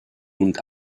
und